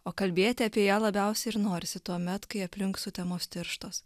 o kalbėti apie ją labiausiai ir norisi tuomet kai aplink sutemos tirštos